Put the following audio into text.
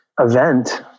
event